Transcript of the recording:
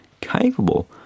capable